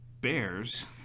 bears